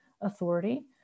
authority